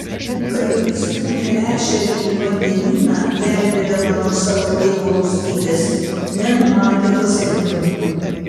kai įstūmė ešerį į vandenyną gelbėdama nuo savo tėvo rūstybės nenumatė pasekmių